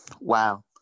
Wow